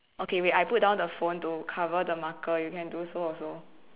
okay wait I put down the phone to cover the marker you can do so also